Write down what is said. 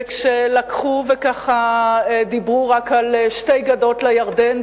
וכשלקחו ודיברו רק על "שתי גדות לירדן",